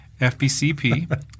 FBCP